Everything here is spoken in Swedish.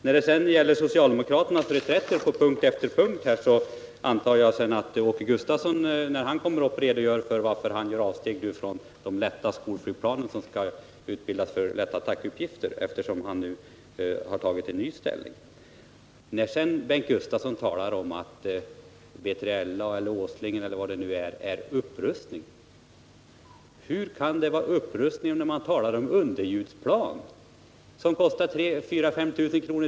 När det gäller socialdemokraternas reträtt på punkt efter punkt vill jag säga att eftersom Åke Gustavsson intagit en ny ställning och gör avsteg från de lätta skolflygplanen som skall utrustas för lätta attackuppgifter, antar jag därför att han när han senare kommer upp också kommer att redogöra för orsaken till detta. Bengt Gustavsson talar sedan om att BJLA, Åslingen eller vad det nu gäller är upprustning. Men hur kan det vara fråga om upprustning när man talar om underljudsplan som kostar 4 000-5 000 kr.